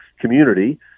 community